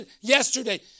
yesterday